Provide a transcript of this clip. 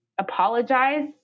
apologize